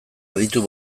aditu